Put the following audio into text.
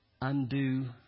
undo